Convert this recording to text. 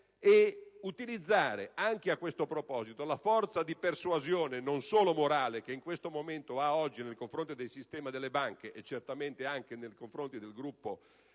e utilizzare, anche a questo proposito, la forza di persuasione, non solo morale, che oggi ha nei confronti del sistema delle banche, e certamente anche nei confronti del Gruppo